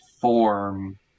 form